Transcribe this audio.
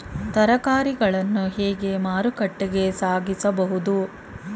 ತರಕಾರಿಗಳನ್ನು ಹೇಗೆ ಮಾರುಕಟ್ಟೆಗೆ ಸಾಗಿಸಬಹುದು?